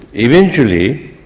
eventually,